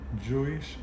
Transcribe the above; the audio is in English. Jewish